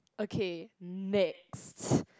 okay next